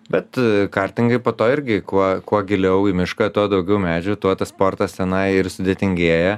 bet kartingai po to irgi kuo kuo giliau į mišką tuo daugiau medžių tuo tas sportas tenai ir sudėtingėja